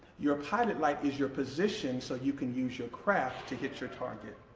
your pilot light is your position so you can use your craft to hit your target.